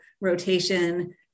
rotation